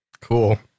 Cool